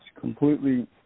completely